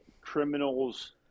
criminal's